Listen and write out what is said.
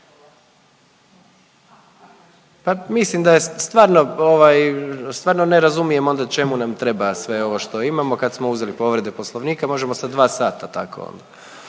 je stvarno ovaj, stvarno ne razumijem onda čemu nam treba sve ovo što imamo kad smo uzeli povrede Poslovnika, možemo sad 2 sata tako.